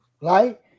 right